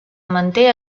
manté